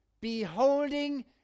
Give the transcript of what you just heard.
Beholding